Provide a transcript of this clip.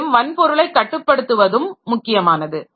மேலும் வன்பொருளை கட்டுப்படுத்துவதும் முக்கியமானது